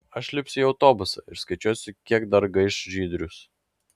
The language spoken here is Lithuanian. aš lipsiu į autobusą ir skaičiuosiu kiek dar gaiš žydrius